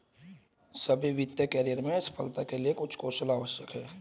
सभी वित्तीय करियर में सफलता के लिए कुछ कौशल आवश्यक हैं